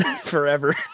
forever